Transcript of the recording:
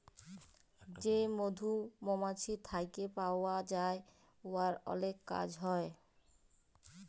যে মধু মমাছি থ্যাইকে পাউয়া যায় উয়ার অলেক কাজ হ্যয়